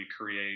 create